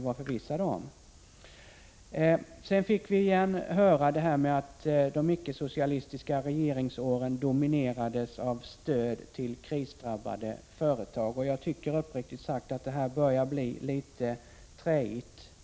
Vi fick höra att de icke-socialistiska regeringsåren dominerades av stöd till krisdrabbade företag. Jag tycker uppriktigt sagt att det här börjar bli litet träigt.